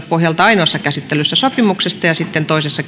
pohjalta ainoassa käsittelyssä sopimuksesta ja sitten toisessa